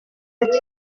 ati